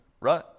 right